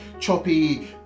choppy